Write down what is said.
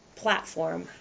platform